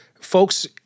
folks—